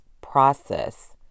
process